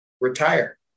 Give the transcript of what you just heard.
retire